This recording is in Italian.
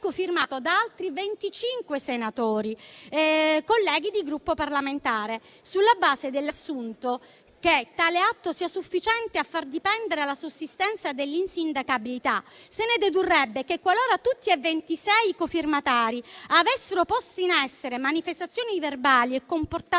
relazione è cofirmato da altri 25 senatori, colleghi di Gruppo. Sulla base dell'assunto che tale atto sia sufficiente a far dipendere la sussistenza dell'insindacabilità, se ne dedurrebbe che, qualora tutti e 26 i cofirmatari avessero posto in essere manifestazioni verbali e comportamenti